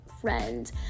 friend